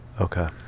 Okay